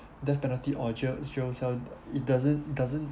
death penalty or jail jail cell it doesn't it doesn't